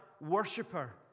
worshiper